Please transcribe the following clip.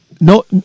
no